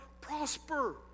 prosper